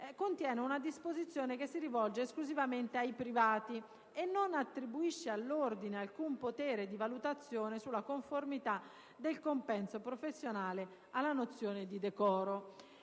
contiene una disposizione che si rivolge esclusivamente ai privati e non attribuisce all'ordine alcun potere di valutazione sulla conformità del compenso professionale alla nozione di decoro.